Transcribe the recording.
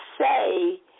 say